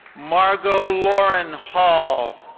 margo lauren hall.